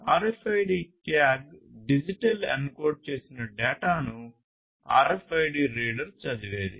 RFID tag digital encode చేసిన డేటాను RFID reader చదివేది